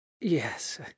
Yes